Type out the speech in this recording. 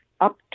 up